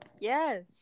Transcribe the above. Yes